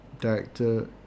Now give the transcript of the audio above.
director